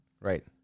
Right